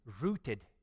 rooted